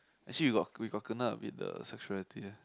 actually we got we got kind a a bit the sexuality